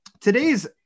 today's